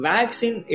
Vaccine